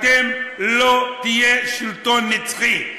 אתם לא תהיו שלטון נצחי.